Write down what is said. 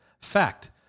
Fact